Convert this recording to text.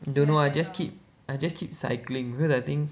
don't know I just keep I just keep cycling because I think